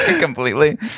completely